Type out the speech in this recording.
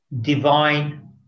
divine